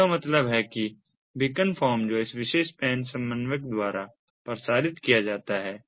इसका मतलब है कि बीकन फॉर्म जो इस विशेष PAN समन्वयक द्वारा प्रसारित किया जाता है